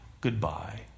goodbye